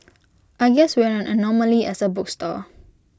I guess we're an anomaly as A bookstore